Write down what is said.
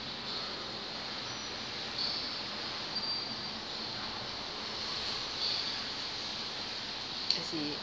I see